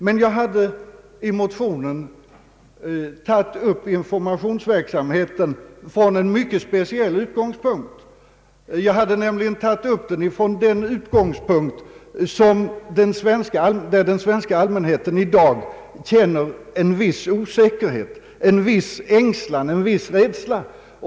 Men jag hade i motionen tagit upp informationsverksamheten från en mycket speciell utgångspunkt, nämligen att den svenska allmänheten i dag känner en viss osäkerhet, en viss ängslan och rädsla.